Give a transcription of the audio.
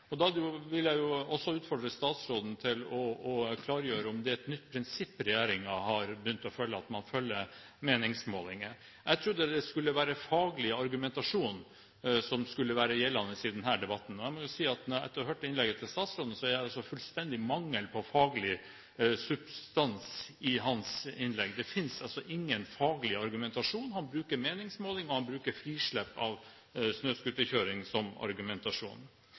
regelverket. Da vil jeg også utfordre statsråden til å klargjøre om det er et nytt prinsipp regjeringen har begynt å følge, at man følger meningsmålinger. Jeg trodde det skulle være faglig argumentasjon som skulle være gjeldende i denne debatten. Jeg må si etter å ha hørt innlegget til statsråden at det er fullstendig mangel på faglig substans i hans innlegg. Det finnes ingen faglig argumentasjon. Han bruker meningsmålinger og han bruker frislepp av snøscooterkjøring som argumentasjon.